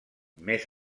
més